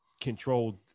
Controlled